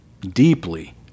deeply